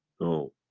no